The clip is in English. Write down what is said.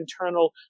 internal